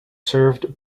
served